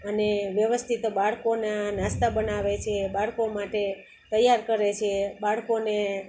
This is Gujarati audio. અને વ્યવસ્થિત બાળકોના નાસ્તા બનાવે છે બાળકો માટે તૈયાર કરે છે બાળકોને